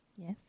Yes